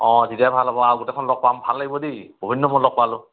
অঁ তেতিয়া ভাল হ'ব আৰু গোটেইখন লগ পাম ভাল লাগিব দেই বহুদিনৰ মূৰত লগ পালোঁ